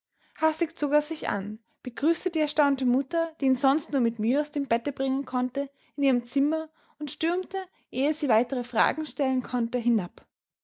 zog er sich an begrüßte die erstaunte mutter die ihn sonst nur mit mühe aus dem bette bringen konnte in ihrem zimmer und stürmte ehe sie weitere fragen stellen konnte hinab